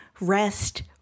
rest